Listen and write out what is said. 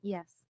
Yes